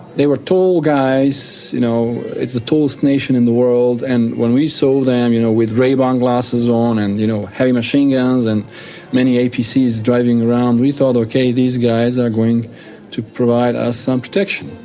they were tall guys you know, it's the tallest nation in the world and when we saw them, you know with ray-ban glasses on and you know heavy machine guns and many apcs driving around, we thought, ok, these guys are going to provide us some protection.